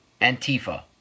Antifa